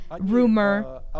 rumor